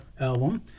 album